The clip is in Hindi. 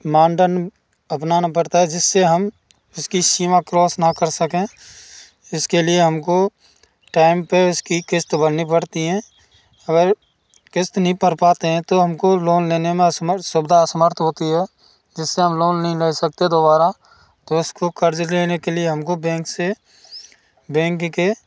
मांडन अपनाना पड़ता है जिससे हम इसकी सीमा क्रॉस नहीं कर सके इसके लिए हमको टाइम पर इसकी किस्त भरनी पड़ती है अगर किस्त नहीं भर पाते हैं तो हमको लोन लेने में असमर्स सुविधा असमर्थ होती है जिससे हम लोन नहीं ले सकते दोबारा तो इसको कर्ज लेने के लिए हमको बैंक से बैंक के